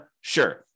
Sure